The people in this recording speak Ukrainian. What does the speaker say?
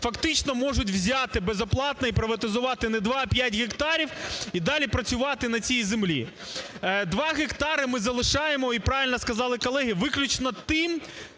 фактично можуть взяти безоплатний і приватизувати не 2, а 5 гектарів, і далі працювати на цій землі. 2 гектари ми залишаємо, і правильно сказали колеги, виключно тим,